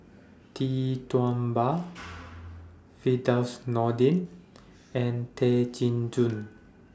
Tee Tua Ba Firdaus Nordin and Tay Chin Joo